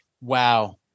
Wow